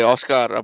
Oscar